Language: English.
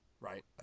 right